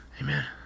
Amen